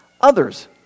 others